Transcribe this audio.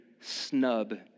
snub